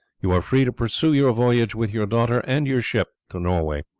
you are free to pursue your voyage with your daughter and your ship to norway.